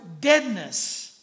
deadness